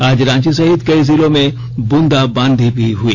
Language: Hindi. आज रांची सहित कई जिलों में बुंदा बांदी भी हई